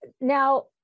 now